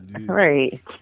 Right